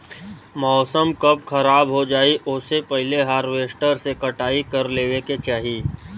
मौसम कब खराब हो जाई ओसे पहिले हॉरवेस्टर से कटाई कर लेवे के चाही